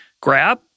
grab